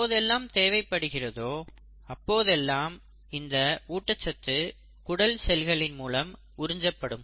எப்போதெல்லாம் தேவைப்படுகிறதோ அப்போதெல்லாம் இந்த ஊட்டச்சத்து குடல் செல்களின் மூலம் உறிஞ்சப்படும்